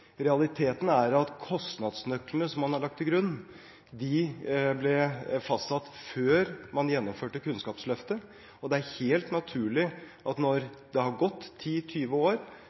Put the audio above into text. Realiteten er at kostnadsnøklene som man har lagt til grunn, ble fastsatt før man gjennomførte Kunnskapsløftet, og det er helt naturlig at når det er gått 10–20 år